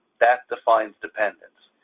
that defines dependence.